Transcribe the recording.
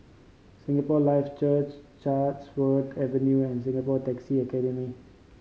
Singapore Life Church Chatsworth Avenue and Singapore Taxi Academy